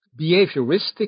behavioristic